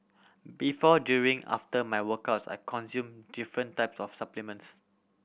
before during after my workouts I consume different types of supplements